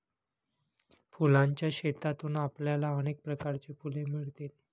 फुलांच्या शेतातून आपल्याला अनेक प्रकारची फुले मिळतील